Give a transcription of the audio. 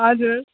हजुर